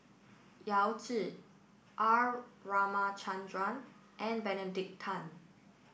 Yao Zi R Ramachandran and Benedict Tan